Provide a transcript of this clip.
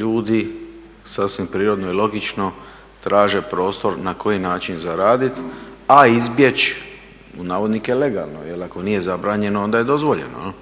ljudi sasvim prirodno i logično traže prostor na koji način zaraditi, a izbjeći u navodnike "legalno", jer ako nije zabranjeno onda je dozvoljeno.